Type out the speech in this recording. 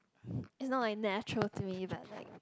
it's not like natural to me but like